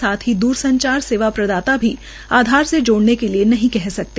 साथ ही दूर संचार सेवा प्रदाता भी आधार से जोड़ने के लिए कह सकते